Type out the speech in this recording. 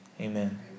amen